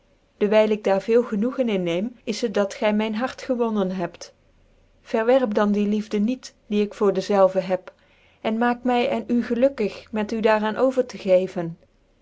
dcwyl ik daar veel genoegen in neem is het dat gy myn hart gewonnen hebt verwerp dan die liefde niet die ik voor dezelve heb en maak my cn u gelukkig met u daar aan over tc geven